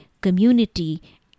community